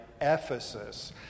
Ephesus